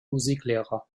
musiklehrer